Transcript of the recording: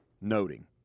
noting